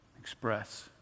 express